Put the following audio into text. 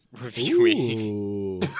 reviewing